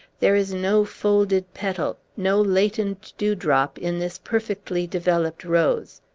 there is no folded petal, no latent dewdrop, in this perfectly developed rose!